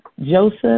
Joseph